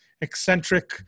eccentric